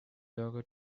logo